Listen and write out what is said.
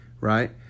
Right